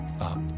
up